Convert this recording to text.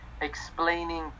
explaining